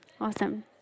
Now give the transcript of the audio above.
Awesome